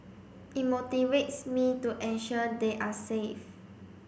it motivates me to ensure they are safe